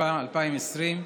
התשפ"א 2020,